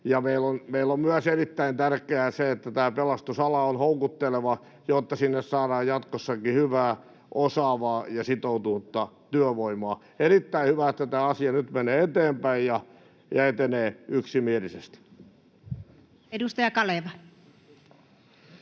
Meillä on myös erittäin tärkeää se, että pelastusala on houkutteleva, jotta sinne saadaan jatkossakin hyvää, osaavaa ja sitoutunutta työvoimaa. Erittäin hyvä, että tämä asia nyt menee eteenpäin ja etenee yksimielisesti. Edustaja Kaleva.